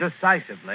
decisively